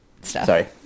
Sorry